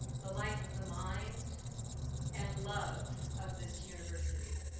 the life of the mind and love of this university,